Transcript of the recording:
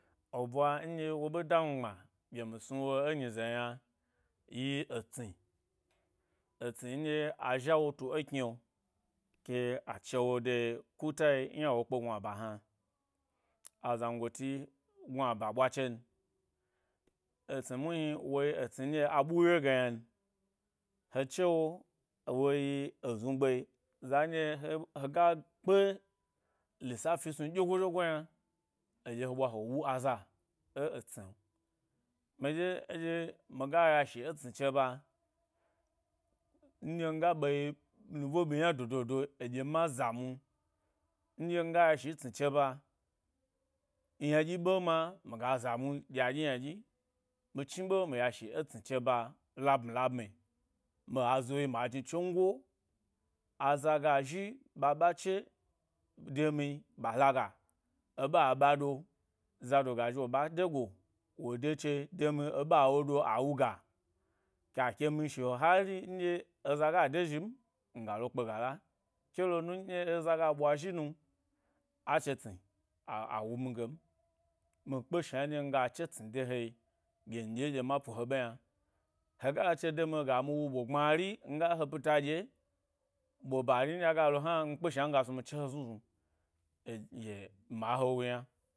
Ebwa nɗye wo ɓe dami gbma ɗye mi snu wo ẻ nyize yna, yi etsni, etsni nɗye a jawo tu ekni’o ke a chewo de kuta yi ynawo kpe gnu aba hna, azangote gnuaba ɓwa chen, etsni muhni woyi etsni nɗye a ɓuye ge ynan, he che, wo, wo yi eznu gbe za nɗye he, hega kpe lisa fi snu ɗyego ɗyego yna aɗye he ɓwa he wu aza ẻ etsni’o, miɗye eɗye, miga yashi e tsni cho ba nɗye nga ɓe yi nubo ɓiya dodo do eɗye ma zamu nɗye nga yashi tsni che ba yna ɗyi ɓe ma miga zamu ɗye a dyi yna dyi mi chniɓe mi yashi e tsni che ba labmi labmi ma zowyi majni tsongo. Azaga zhi-ɓa ɓa che demi ɓa laga eɓa ɓa ɗo, zado ga zhi wo ɓa do a wuga, ke a ke mi shi’o hari, nɗye eza de zhim miga lo kpe gala kelo num eza ga ɓwa zhi nu, a che tsni, a, a, wumi gom mi kpe shna nɗye ɗye ma po he ɓe yna hega la che demi ga mi wu ɓo gbmari miga he pita ɗye ɓo bari nɗye aga lo hna mi kpe shna mi gas nu mi che he znu znu e, ɗye ma he wu yna.